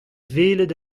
welet